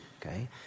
Okay